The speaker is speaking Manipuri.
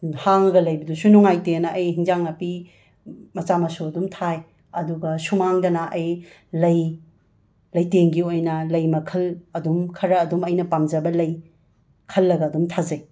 ꯍꯥꯡꯉꯒ ꯂꯩꯕꯗꯨꯁꯨ ꯅꯨꯉꯥꯏꯇꯦꯅ ꯑꯩ ꯍꯤꯟꯖꯥꯡ ꯅꯥꯄꯤ ꯃꯆꯥ ꯃꯁꯨ ꯑꯗꯨꯝ ꯊꯥꯏ ꯑꯥꯗꯨꯒ ꯁꯨꯃꯥꯡꯗꯅ ꯑꯩ ꯂꯩ ꯂꯩꯇꯦꯡꯒꯤ ꯑꯣꯏꯅ ꯂꯩ ꯃꯈꯜ ꯑꯗꯨꯝ ꯈꯔ ꯑꯗꯨꯝ ꯑꯩꯅ ꯄꯥꯝꯖꯕ ꯂꯩ ꯈꯜꯂꯒ ꯑꯗꯨꯝ ꯊꯥꯖꯩ